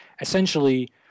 essentially